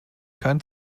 kein